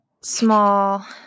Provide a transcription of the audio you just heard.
small